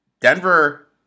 Denver